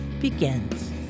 begins